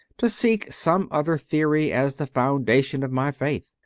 to seek some other theory as the founda tion of my faith.